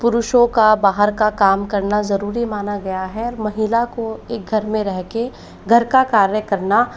पुरुषों का बाहर का काम करना ज़रूरी माना गया है महिला को एक घर में रह कर घर का कार्य करना